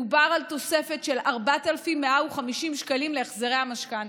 מדובר על תוספת של 4,150 שקלים להחזרי המשכנתה.